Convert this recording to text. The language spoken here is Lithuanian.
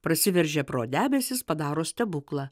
prasiveržia pro debesis padaro stebuklą